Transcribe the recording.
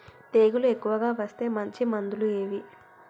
తెగులు ఎక్కువగా వస్తే మంచి మందులు ఏవి?